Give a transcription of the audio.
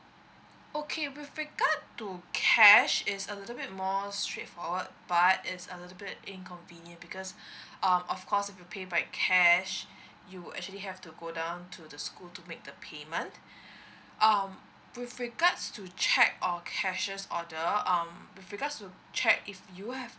okay with regard to cash is a little bit more straightforward but it's a little bit inconvenient because um of course if you pay by cash you actually have to go down to the school to make the payment um with regards to cheque or cashiers order um with regards to cheque if you have